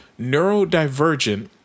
neurodivergent